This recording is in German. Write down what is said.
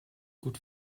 gut